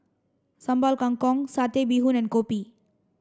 Sambal Kangkong satay bee Hoon and Kopi